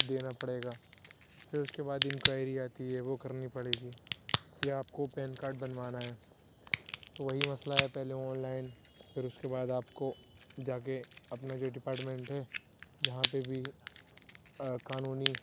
دینا پڑے گا پھر اس کے بعد انکوائری آتی ہے وہ کرنی پڑے گی یا آپ کو پین کاڈ بنوانا ہے تو وہی مسئلہ ہے پہلے آن لائن پھر اس کے بعد آپ کو جا کے اپنا جو ڈپارٹمنٹ ہے جہاں پہ بھی قانونی